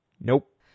Nope